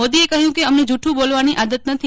મોદીએ કહ્યું કે અમને જૂઠું બોલવાની આદત નથી